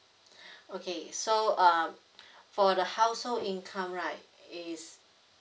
okay so uh for the household income right is